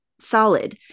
solid